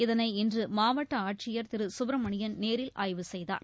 இதனை இன்று மாவட்ட ஆட்சியர் திரு சுப்பிரமணியன் நேரில் ஆய்வு செய்தார்